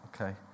Okay